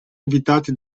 invitati